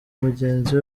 mugenzi